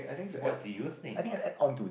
what do you think